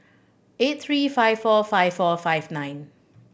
eight three five four five four five nine